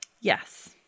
yes